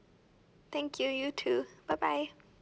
thank you you too bye bye